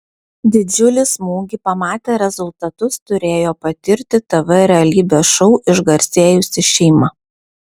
didžiulį smūgį pamatę rezultatus turėjo patirti tv realybės šou išgarsėjusi šeima